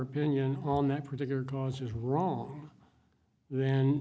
opinion on that particular cause is wrong then